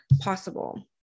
possible